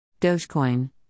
Dogecoin